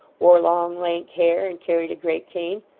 wore long lank hair, and carried a great cane.